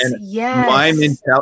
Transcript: yes